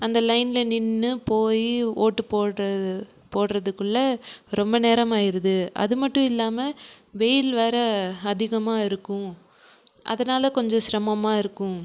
அந்த லைனில் நின்று போய் ஒட்டு போடுறது போடுறதுக்குள்ள ரொம்ப நேரமாயிடுது அது மட்டும் இல்லாமல் வெயில் வேறு அதிகமாக இருக்கும் அதனால் கொஞ்சம் சிரமமாக இருக்கும்